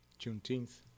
Juneteenth